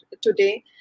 today